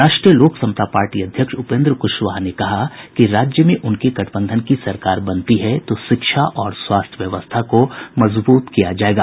रालोसपा अध्यक्ष उपेन्द्र कुशवाहा ने कहा कि राज्य में उनके गठबंधन की सरकार बनती है तो शिक्षा और स्वास्थ्य व्यवस्था को मजबूत किया जायेगा